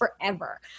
forever